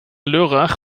lörrach